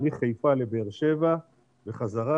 מחיפה לבאר שבע וחזרה,